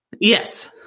Yes